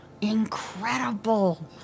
incredible